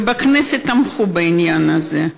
ובכנסת תמכו בעניין הזה.